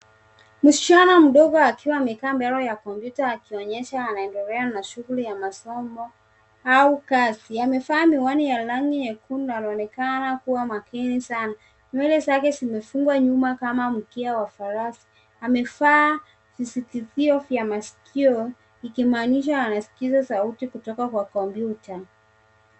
Msichana mdogo akiwa amekaa mbele ya kompyuta akionyesha anaendelea na shughuli ya masomo au kazi amevaa miwani ya rangi nyekundu na anaonekana kuwa makini sana. Nywele zake zimefungwa nyuma kama mkia wa farasi. Amevaa visikizio vya masikio ikimaanisha anasikiza sauti kutoka kwa kompyuta.